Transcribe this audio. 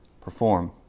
perform